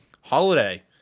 holiday